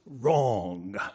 wrong